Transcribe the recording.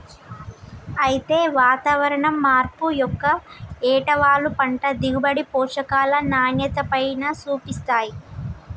అయితే వాతావరణం మార్పు యొక్క ఏటవాలు పంట దిగుబడి, పోషకాల నాణ్యతపైన సూపిస్తాయి